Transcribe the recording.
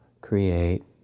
create